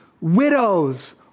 widows